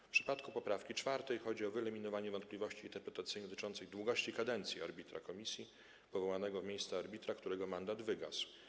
W przypadku poprawki czwartej chodzi o wyeliminowanie wątpliwości interpretacyjnych dotyczących długości kadencji arbitra komisji powołanego w miejsce arbitra, którego mandat wygasł.